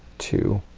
two,